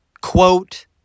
Quote